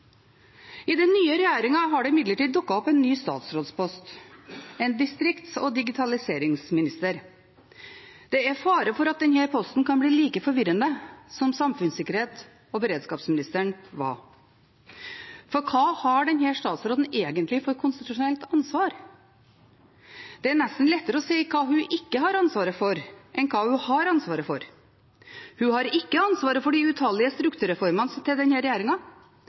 I den nye regjeringen er det imidlertid dukket opp en ny statsrådspost – en distrikts- og digitaliseringsminister. Det er fare for at denne posten kan bli like forvirrende som samfunnssikkerhets- og beredskapsministeren var. Hva har denne statsråden egentlig konstitusjonelt ansvar for? Det er nesten lettere å si hva hun ikke har ansvaret for, enn hva hun har ansvaret for. Hun har ikke ansvaret for de utallige strukturreformene til